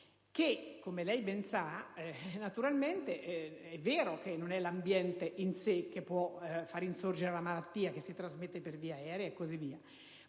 Come lei ben sa, naturalmente, è vero che non è l'ambiente in sé che può far insorgere la malattia, che si trasmette per via aerea e così via,